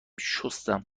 شستم